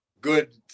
good